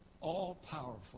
all-powerful